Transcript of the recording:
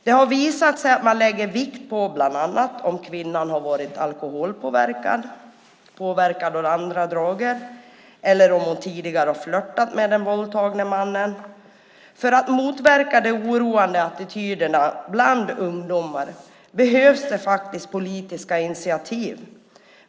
Det har visat sig att man bland annat lägger vikt på om kvinnan har varit alkoholpåverkad eller påverkad av andra droger och om hon tidigare har flirtat med den våldtagande mannen. För att motverka de oroande attityderna bland ungdomar behövs det faktiskt politiska initiativ.